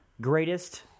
greatest